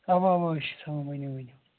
اَوا اَوا أسۍ چھِ تھاوان ؤنِو ؤنِو